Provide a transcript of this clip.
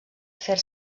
fer